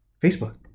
Facebook